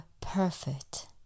perfect